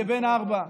כבן ארבע,